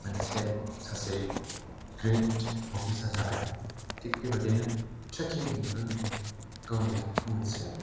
मोनसे सासे grade officer जानाय थिग बेबादिनो ट्रेकिंजोंबो नोङो गावनि लाइफखौ मोनसे